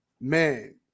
Man